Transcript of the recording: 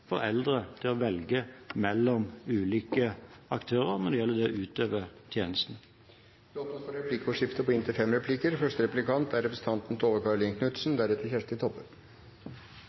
for eldre til å velge mellom ulike aktører når det gjelder det å utøve tjenesten. Det blir replikkordskifte. Saksordføreren nevnte at det er sendt ut på